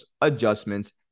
adjustments